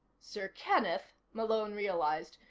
sir kenneth, malone realized,